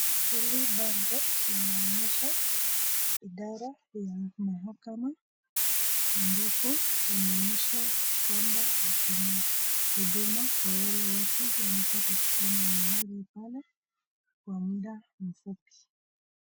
Hili bango linaonyesha idara ya mahakama ambapo wanaonyesha kwamba wako na huduma kwa wale watu wanataka kufanya mahali pale kwa muda mfupi.